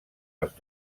els